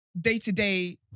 day-to-day